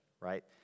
right